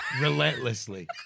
relentlessly